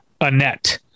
Annette